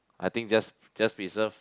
I think just just reserve